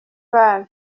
bar